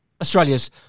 Australia's